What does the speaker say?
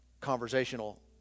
conversational